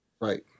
right